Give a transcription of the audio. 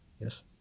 Yes